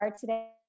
today